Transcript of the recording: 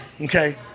okay